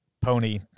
pony